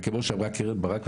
כמו שאמרה קרן ברק,